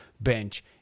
bench